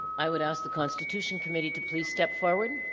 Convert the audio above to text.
i would ask the constitution committee to please step forward